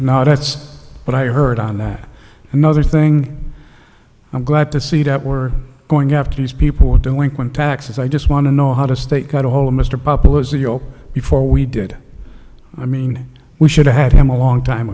now that's what i heard on that another thing i'm glad to see that we're going after these people are doing when taxes i just want to know how to stake out a whole mr populism before we did i mean we should have had him a long time